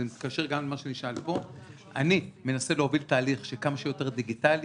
שאני מנסה להעביר תהליך כמה שיותר דיגיטלי,